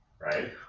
right